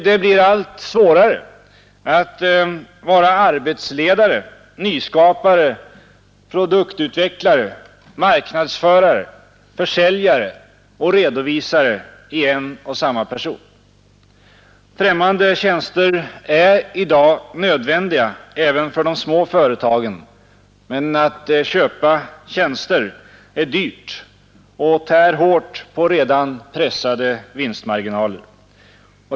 Det blir allt svårare att vara arbetsledare, nyskapare, produktutvecklare, marknadsförare, försäljare och redovisare i en och samma person. Främmande tjänster är i dag nödvändiga även för de små företagen, men att köpa tjänster är dyrt och tär hårt på redan pressade vinstmarginaler.